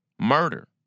murder